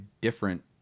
different